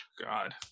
God